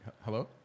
Hello